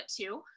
two